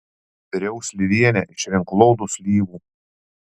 viriau slyvienę iš renklodų slyvų